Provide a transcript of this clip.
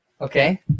Okay